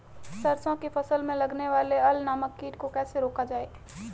सरसों की फसल में लगने वाले अल नामक कीट को कैसे रोका जाए?